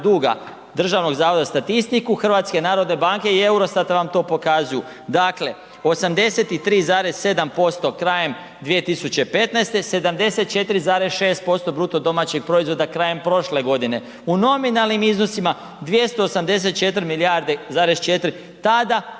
duga Državnog zavoda za statistiku, HNB-a i Eurostata vam to pokazuju. Dakle, 83,7% krajem 2015., 74,6% BDP-a krajem prošle godine. U nominalnim iznosima, 284,4 milijarde, tada